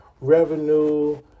revenue